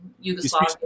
Yugoslavia